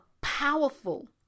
powerful